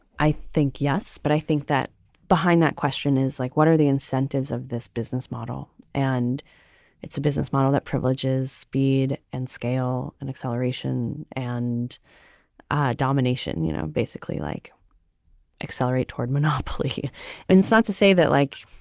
i think yes. but i think that behind that question is like, what are the incentives of this business model? and it's a business model that privileges speed and scale and acceleration and domination. you know, basically like accelerate toward monopoly and start to say that, like,